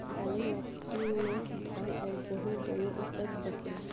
काली माटी मे धान और गेंहू दुनो उपज सकेला?